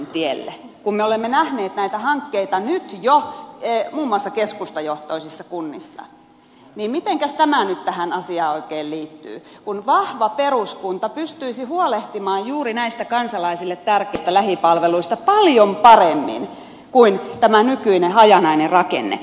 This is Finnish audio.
kun me olemme nähneet näitä hankkeita nyt jo muun muassa keskustajohtoisissa kunnissa niin mitenkäs tämä nyt tähän asiaan oikein liittyy kun vahva peruskunta pystyisi huolehtimaan juuri näistä kansalaisille tärkeistä lähipalveluista paljon paremmin kuin tämä nykyinen hajanainen rakenne